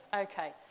Okay